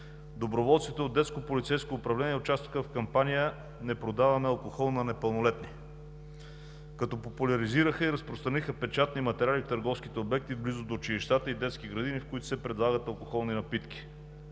управление“ участваха в кампания „Не продаваме алкохол на непълнолетни“, като популяризираха и разпространиха печатни материали в търговските обекти в близост до училищата и детските градини, в които се предлагат алкохолни напитки.